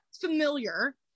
familiar